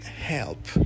help